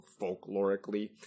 folklorically